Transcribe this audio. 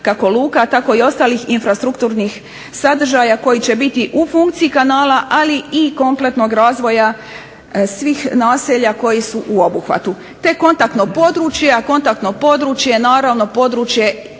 kako luka tako i ostalih infrastrukturnih sadržaja koji će biti u funkciji kanala, ali i kompletnog razvoja svih naselja koji su u obuhvatu. Te kontaktno područje, a kontaktno područje je naravno područje u